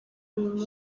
uyu